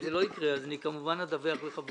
אם זה לא יקרה אז אני כמובן אדווח לחברי